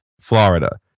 Florida